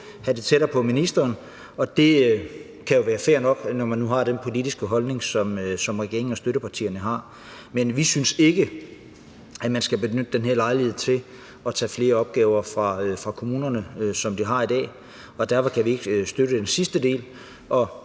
lidt tættere på ministeren. Det kan jo være fair nok, når man nu har den politiske holdning, som regeringen og støttepartierne har, men vi synes ikke, at man skal benytte den her lejlighed til at tage flere af de opgaver, som kommunerne har i dag, fra dem, og derfor kan vi ikke støtte den sidste del.